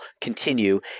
continue